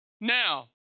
Now